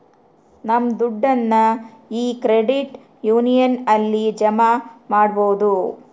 ನಮ್ ದುಡ್ಡನ್ನ ಈ ಕ್ರೆಡಿಟ್ ಯೂನಿಯನ್ ಅಲ್ಲಿ ಜಮಾ ಮಾಡ್ಬೋದು